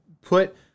put